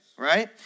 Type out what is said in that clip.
Right